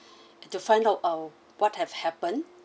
to find out uh what have happened